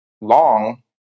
long